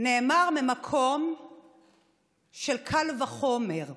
נאמר ממקום של קל וחומר.